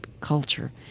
culture